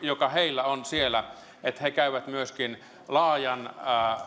joka heillä on siellä on se että he käyvät läpi laajan